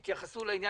שתתייחסו לעניין.